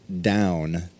down